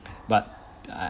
but I